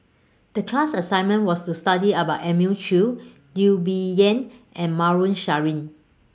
The class assignment was to study about Elim Chew Teo Bee Yen and Maarof Salleh